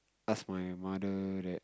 ask my mother that